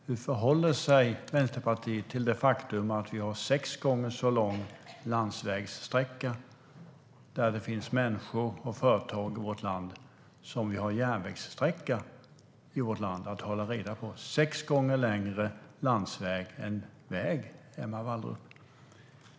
Hur förhåller sig Vänsterpartiet till det faktum att vi har sex gånger så lång landsvägssträcka där det finns människor och företag i vårt land som vi har järnvägssträcka i vårt land att hålla reda på? Det är sex gånger längre landsväg än järnväg, Emma Wallrup.